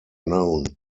known